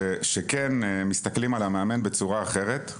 שכן מסתכלים על המאמן בצורה אחרת.